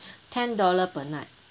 ten dollar per night